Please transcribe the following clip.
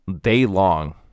day-long